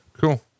cool